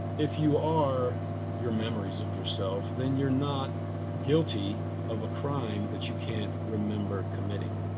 if you are your memories of yourself, then you're not guilty of a crime that you can't remember committing.